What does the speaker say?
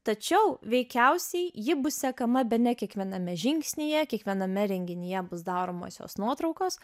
tačiau veikiausiai ji bus sekama bene kiekviename žingsnyje kiekviename renginyje bus daromos jos nuotraukos